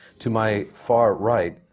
to my far right,